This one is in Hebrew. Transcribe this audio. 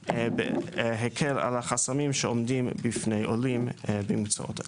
הקל על החסמים שעומדים בפני עולים במקצועות אלה.